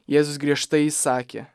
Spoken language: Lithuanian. jėzus griežtai įsakė